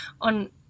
on